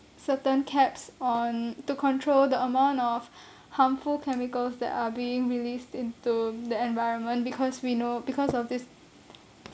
certain caps on to control the amount of harmful chemicals that are being released into the environment because we know because of this